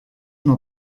una